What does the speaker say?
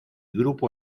grupo